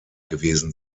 gewesen